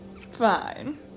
Fine